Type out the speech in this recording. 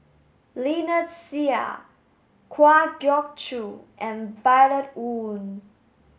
Lynnette Seah Kwa Geok Choo and Violet Oon